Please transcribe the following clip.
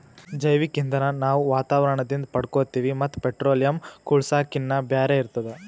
ಜೈವಿಕ್ ಇಂಧನ್ ನಾವ್ ವಾತಾವರಣದಿಂದ್ ಪಡ್ಕೋತೀವಿ ಮತ್ತ್ ಪೆಟ್ರೋಲಿಯಂ, ಕೂಳ್ಸಾಕಿನ್ನಾ ಬ್ಯಾರೆ ಇರ್ತದ